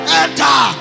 enter